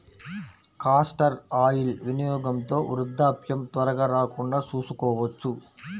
castor oil వినియోగంతో వృద్ధాప్యం త్వరగా రాకుండా చూసుకోవచ్చు